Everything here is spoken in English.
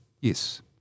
yes